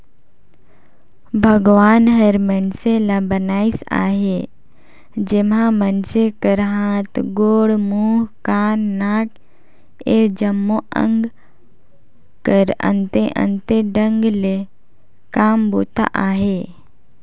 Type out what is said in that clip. भगवान हर मइनसे ल बनाइस अहे जेम्हा मइनसे कर हाथ, गोड़, मुंह, कान, नाक ए जम्मो अग कर अन्ते अन्ते ढंग ले काम बूता अहे